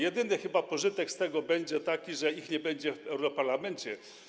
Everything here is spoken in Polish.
Jedyny chyba pożytek z tego będzie taki, że ich nie będzie w europarlamencie.